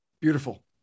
Beautiful